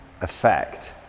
effect